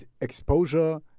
exposure